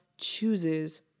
chooses